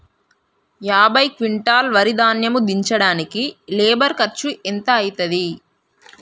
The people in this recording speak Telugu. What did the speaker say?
యాభై క్వింటాల్ వరి ధాన్యము దించడానికి లేబర్ ఖర్చు ఎంత అయితది?